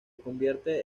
convierte